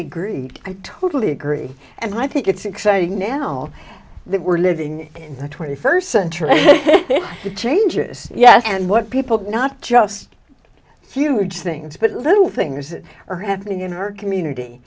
agree i totally agree and i think it's exciting now that we're living in the twenty first century changes yes and what people not just huge things but little things that are happening in her community